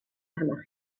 arnoch